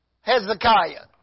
Hezekiah